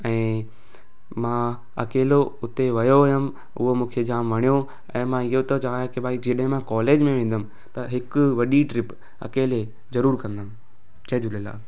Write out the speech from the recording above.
ऐं मां अकेलो हुते वियो हुउमि उहो मूंखे जाम वणियो ऐं मां इहो त चवे की भई जॾहिं मां कॉलेज में वेंदुमि त हिकु वॾी ट्रिप अकेले ज़रूरु कंदुमि जय झूलेलाल